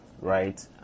right